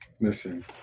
Listen